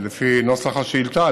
שלפי נוסח השאילתה,